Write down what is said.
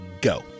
go